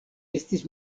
estis